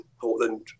Portland